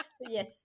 Yes